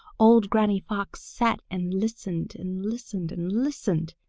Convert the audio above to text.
old granny fox sat and listened and listened and listened,